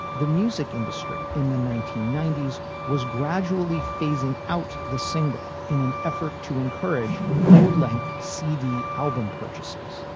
the music industry in the nineteen ninety s was gradually phasing out the single in an effort to encourage full length c d album purchases.